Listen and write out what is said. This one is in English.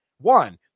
One